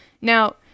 now